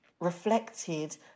reflected